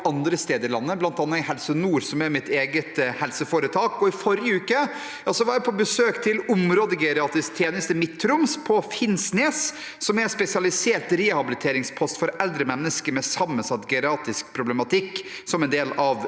andre steder i landet, bl.a. i Helse nord, som er mitt eget helseforetak. I forrige uke var jeg på besøk til Områdegeriatrisk tjeneste for Midt-Troms på Finnsnes, som er en spesialisert rehabiliteringspost for eldre mennesker med sammensatt geriatrisk problematikk, som en del av